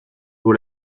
vaut